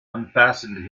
unfastened